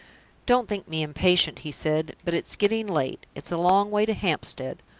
don't think me impatient, he said but it's getting late it's a long way to hampstead.